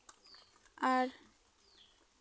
ᱟᱨ